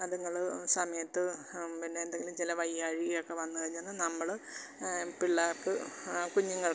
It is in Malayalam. അതുങ്ങൾ സമയത്ത് ആ പിന്നെന്തെകിലും ചില വയ്യായികയൊക്കെ വന്ന് കഴിഞ്ഞാൽ നമ്മൾ പിള്ളേർക്ക് ആ കുഞ്ഞുങ്ങൾക്ക്